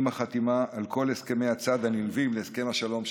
עם החתימה על כל הסכמי הצד הנלווים להסכמי השלום שבינינו.